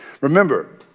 remember